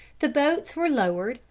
the boats were lowered,